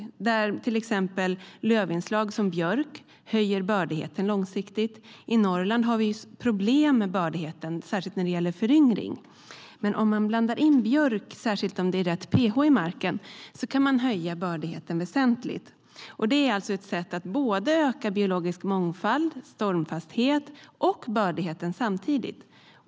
Inslag av lövträd som björk höjer bördigheten långsiktigt. I Norrland är det problem med bördigheten, särskilt när det gäller föryngring. Blandar man in björk och det är rätt pH i marken kan man höja bördigheten väsentligt. På så sätt ökar man biologisk mångfald, stormfasthet och bördighet samtidigt.